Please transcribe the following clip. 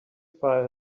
file